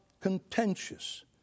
contentious